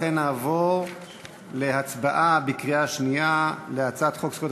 לכן נעבור להצבעה בקריאה שנייה על הצעת חוק זכויות